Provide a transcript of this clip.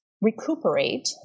recuperate